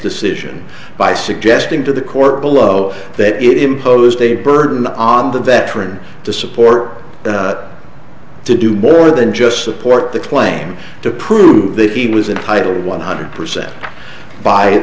decision by suggesting to the court below that it imposed a burden on the veteran to support to do more than just support the claim to prove that he was entitled one hundred percent by